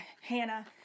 Hannah